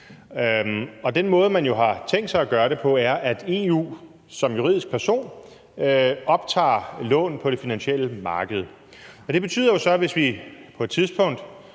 Den måde, man jo har tænkt sig at gøre det på, er, at EU som juridisk person optager lån på det finansielle marked. Det betyder jo så, at Danmark, hvis vi på et tidspunkt